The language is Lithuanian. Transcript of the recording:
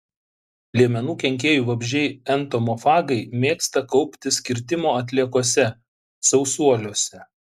liemenų kenkėjų vabzdžiai entomofagai mėgsta kauptis kirtimo atliekose sausuoliuose